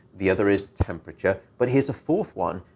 the other is temperature. but here's a fourth one.